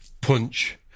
punch